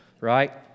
right